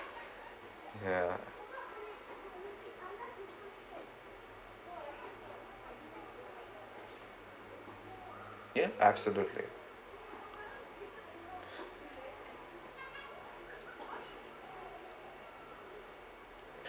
ya ya absolutely